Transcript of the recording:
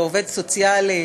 לעובד סוציאלי,